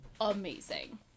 amazing